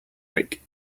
make